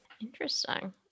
Interesting